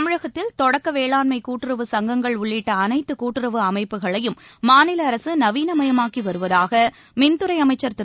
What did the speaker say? தமிழகத்தில் தொடக்க வேளாண்மை கூட்டுறவு சங்கங்கள் உள்ளிட்ட அனைத்து கூட்டுறவு அமைப்புகளையும் மாநில அரசு நவீனமயமாக்கி வருவதாக மின்துறை அமைச்சர் திரு